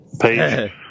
Page